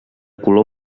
color